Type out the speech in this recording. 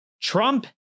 Trump